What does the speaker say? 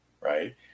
right